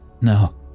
No